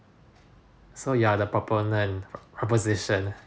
so ya the proponent opposition